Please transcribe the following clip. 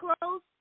close